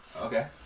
Okay